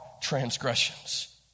transgressions